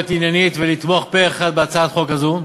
עניינית ולתמוך פה-אחד בהצעת החוק הזאת,